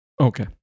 Okay